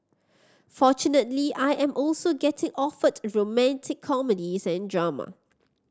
fortunately I am also getting offered romantic comedies and drama